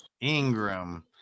Ingram